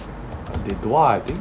I think